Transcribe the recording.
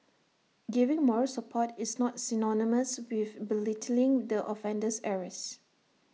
giving moral support is not synonymous with belittling the offender's errors